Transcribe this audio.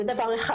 זה דבר אחד.